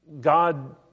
God